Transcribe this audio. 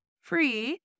free